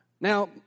Now